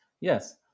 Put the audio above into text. Yes